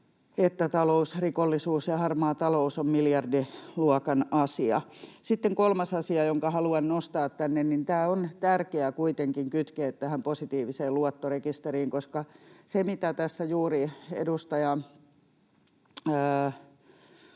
että talousrikollisuus ja harmaa talous on miljardiluokan asia. Sitten kolmas asia, jonka haluan nostaa tänne, on, että tämä on tärkeää kuitenkin kytkeä tähän positiiviseen luottorekisteriin, koska se, mitä tässä juuri edustaja